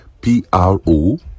P-R-O